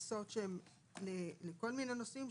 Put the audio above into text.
גביית קנסות מכל מיני נושאים,